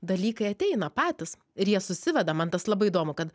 dalykai ateina patys ir jie susiveda man tas labai įdomu kad